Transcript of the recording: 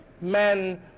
men